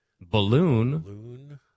Balloon